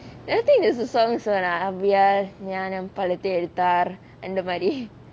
I don't think there's a song Avvaiyar ஞானப்பழத்தை எடுத்தார்:avvaiyaar nyaanapazhathai eaduthar